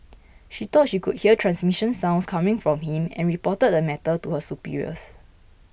she thought she could hear transmission sounds coming from him and reported the matter to her superiors